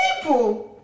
people